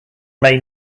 may